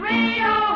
Rio